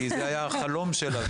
כי זה היה החלום שלה,